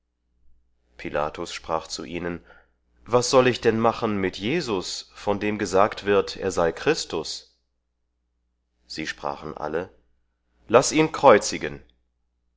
pilatus sprach zu ihnen was soll ich denn machen mit jesus von dem gesagt wird er sei christus sie sprachen alle laß ihn kreuzigen